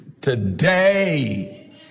today